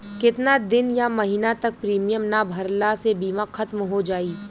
केतना दिन या महीना तक प्रीमियम ना भरला से बीमा ख़तम हो जायी?